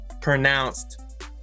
pronounced